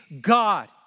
God